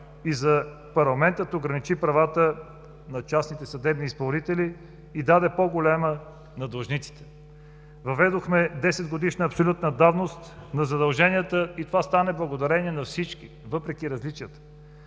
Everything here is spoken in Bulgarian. че парламентът ограничи правата на частните съдебни изпълнители и даде по-голями на длъжниците. Въведохме 10-годишна абсолютна давност на задълженията и това стана благодарение на всички, въпреки различията.